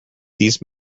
these